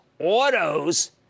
autos